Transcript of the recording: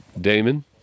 Damon